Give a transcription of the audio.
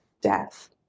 death